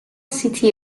city